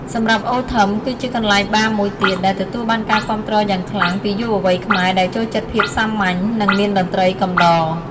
សម្រាប់ អូ ថឹម គឺជាកន្លែងបារមួយទៀតដែលទទួលបានការគាំទ្រយ៉ាងខ្លាំងពីយុវវ័យខ្មែរដែលចូលចិត្តភាពសាមញ្ញ និងមានតន្ត្រីកំដរ។